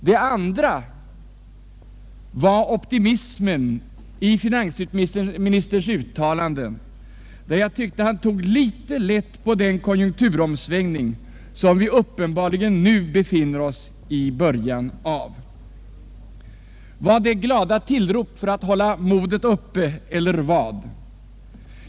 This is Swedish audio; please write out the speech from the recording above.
Det andra var optimismen i finansministerns uttalanden, där jag tyckte han tog litet lätt på den konjunkturomsvängning som vi uppenbarligen nu befinner oss i början av. Var det glada tillrop för att hålla modet uppe, eller vad?